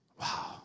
Wow